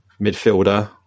Midfielder